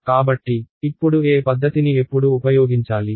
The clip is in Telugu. కాబట్టి ఇప్పుడు ఏ పద్ధతిని ఎప్పుడు ఉపయోగించాలి